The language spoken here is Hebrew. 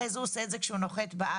אחרי זה הוא עושה את זה כשהוא נוחת בארץ,